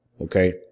Okay